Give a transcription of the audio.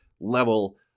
level